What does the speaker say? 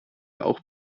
auch